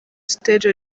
stage